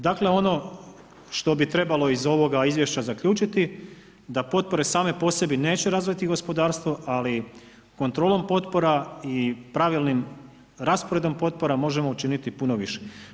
Dakle ono što bi trebalo iz ovoga izvješća zaključiti da potpore same po sebi neće razviti gospodarstvo ali kontrolom potpora i pravilnim rasporedom potpora možemo učiniti puno više.